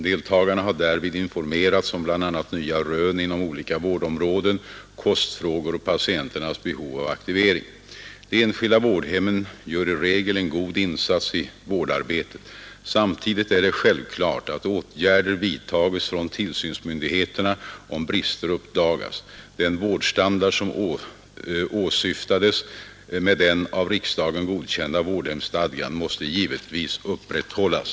Deltagarna har därvid informerats om bl.a. nya rön inom olika vårdområden, kostfrågor och patienternas behov av aktivering. De enskilda vårdhemmen gör i regel en god insats i vårdarbetet. Samtidigt är det självklart att åtgärder vidtas från tillsynsmyndigheten, om brister uppdagas. Den vårdstandard som åsyftades med den av riksdagen godkända vårdhemsstadgan måste givetvis upprätthållas.